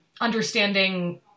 understanding